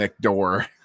door